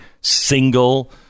single